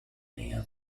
near